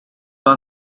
many